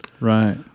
right